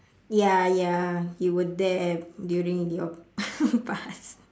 ya ya you were there during your past